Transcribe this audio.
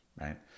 right